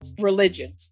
Religion